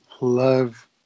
love